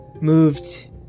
moved